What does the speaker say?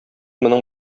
моның